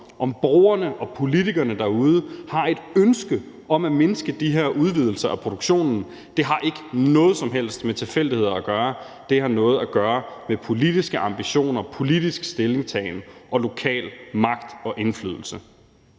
at borgerne og politikerne derude har et ønske om at mindske de her udvidelser af produktionen. Det har ikke noget som helst med tilfældigheder at gøre, det har noget at gøre med politiske ambitioner, politisk stillingtagen og lokal magt og indflydelse.